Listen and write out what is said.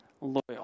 loyal